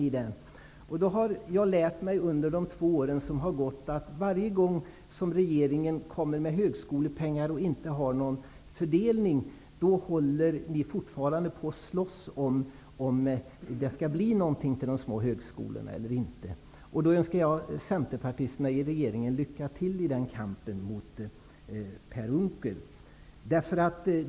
Under de två år som har gått sedan regeringsskiftet har jag lärt mig att varje gång regeringen avviserar pengar till högskolan men inte gör någon fördelning, håller regeringen fortfarande på och slåss om huruvida det skall bli några pengar till de små högskolorna eller inte. Jag önskar centerpartisterna i regeringen lycka till i kampen mot Per Unckel.